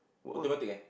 automatic eh